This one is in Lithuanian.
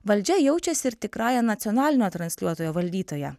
valdžia jaučiasi ir tikrąja nacionalinio transliuotojo valdytoja